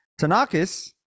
Tanakis